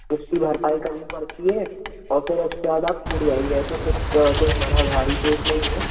उसकी भरपाई करनी पड़ती है और फिर उसके बाद आप छूट जाएँगे ऐसे कुछ कोई बड़ा भारी केस नहीं है